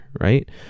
Right